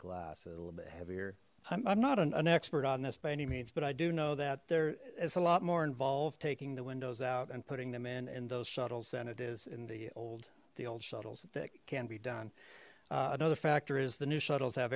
glass a little bit heavier i'm not an expert on this by any means but i do know that they're it's a lot more involved taking the windows out and putting them in in those shuttles than it is in the old the old shuttles that can be done another factor is the new shuttles have